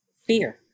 Fear